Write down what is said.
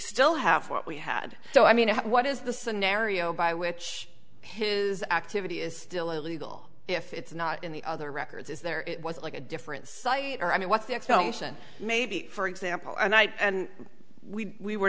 still have what we had so i mean what is the scenario by which his activity is still illegal if it's not in the other records is there it was like a different site or i mean what's the explanation maybe for example and i and we we